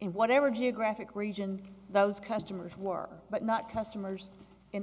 in whatever geographic region those customers were but not customers and